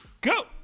go